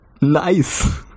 Nice